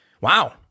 Wow